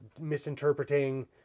misinterpreting